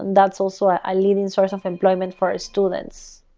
that's also a leading source of employment for our students.